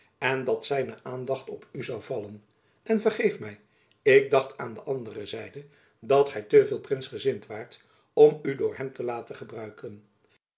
dan dat zijn aandacht op u zoû vallen en vergeef my ik dacht aan de andere zijde dat gy te veel prinsgezind waart om u door hem te laten gebruiken